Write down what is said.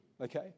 okay